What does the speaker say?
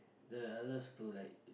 the I love to like